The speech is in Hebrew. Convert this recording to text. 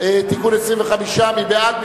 (תיקון מס' 25). מי בעד?